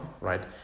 right